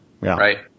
right